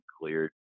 cleared